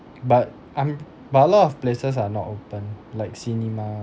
but um but a lot of places are not open like cinema